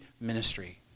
ministry